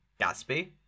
Gatsby